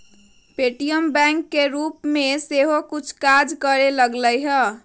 Paytm bank के रूप में सेहो कुछ काज करे लगलै ह